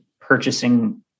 purchasing